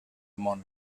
món